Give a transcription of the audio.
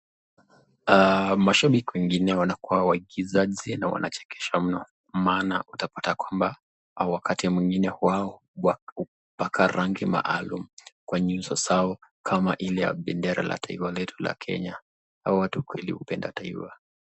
Mashabiki wengine wanakuwa waigizaji na wanachekesha mno, maana utapata kwamba, wakati mwingine wao hupaka rangi maalum kwa nyuso zao kama ile ya bendera ya taifa letu la kenya, hawa watu kweli hupenda taifa.